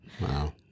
wow